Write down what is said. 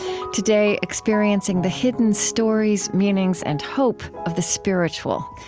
today, experiencing the hidden stories, meanings, and hope of the spiritual.